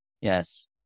Yes